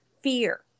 fear